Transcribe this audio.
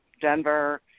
Denver